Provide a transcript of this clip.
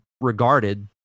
regarded